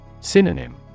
Synonym